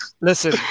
listen